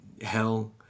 hell